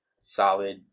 solid